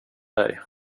dig